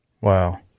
Wow